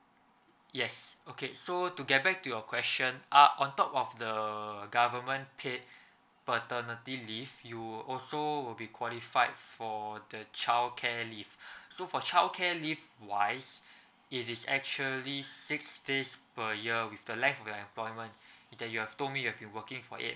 yes okay so to get back to your question ah on top of the government paid paternity leave you also will be qualified for the childcare leave so for childcare leave wise it is actually six days per year with the length of the employment that you have told me you have been working for eight